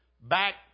back